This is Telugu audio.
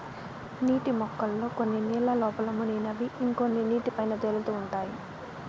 నీటి మొక్కల్లో కొన్ని నీళ్ళ లోపల మునిగినవి ఇంకొన్ని నీటి పైన తేలుతా ఉంటాయి